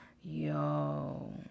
Yo